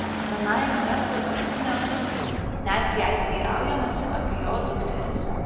senajam lembui akių neapdumsi net jei teiraujamasi apie jo dukteris